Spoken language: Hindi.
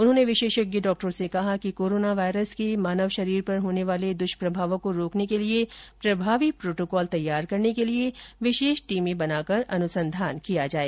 उन्होंने विशेषज्ञ डॉक्टरों से कहा कि कोरोना वायरस के मानव शरीर पर होने वाले दुष्प्रमावों को रोकने के लिए प्रभावी प्रोटोकॉल तैयार करने के लिए विशेष टीमें बनाकर अनुसंधान किया जाए